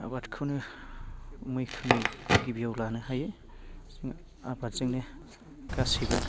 आबादखौनो मैखोमै गिबियाव लानो हायो आबादजोंनो गासैबो